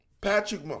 Patrick